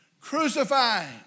crucifying